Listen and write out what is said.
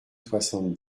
soixante